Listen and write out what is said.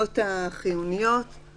אופטיקה או חנות שעיקר עיסוקה מכירת מוצרי